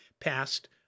passed